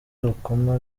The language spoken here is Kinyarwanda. rukoma